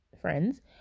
friends